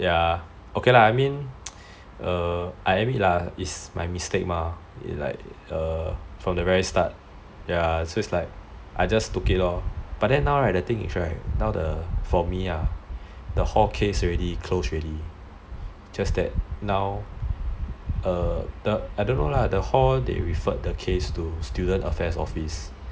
ya okay lah I mean I admit lah it's my mistake mah like from the very start ya so it's like I just took it lor but then now the thing is for me now the hall case is already close already just that now the hall they referred the case to student affairs office